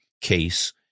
case